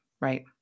right